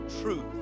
truth